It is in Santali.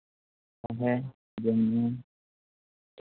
ᱛᱟᱦᱮᱱ ᱡᱚᱢ ᱧᱩ